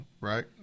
right